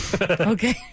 okay